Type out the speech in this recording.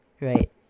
right